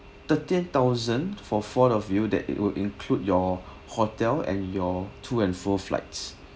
thirteen thousand for four of you that it would include your hotel and your to and fro flights